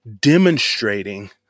demonstrating